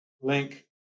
link